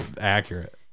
Accurate